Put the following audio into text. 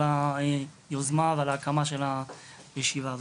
אני רוצה לדבר על השאלה של הפער בעצם,